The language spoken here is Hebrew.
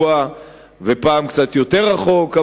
ופעם קצת יותר רחוק,